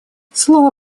слово